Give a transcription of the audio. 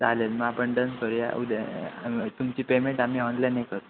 चालेल मग आपण डन करू या उद्या तुमची पेमेंट आम्ही ऑनलाईनही करू